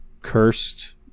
cursed